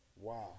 wow